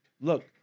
look